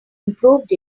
improved